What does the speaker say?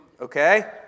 okay